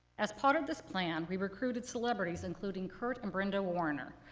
as part of this plan, we recruited celebrities, including kurt and brenda warner.